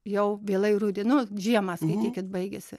jau vėlai rude nu žiemą skaitykit baigiasi